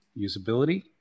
usability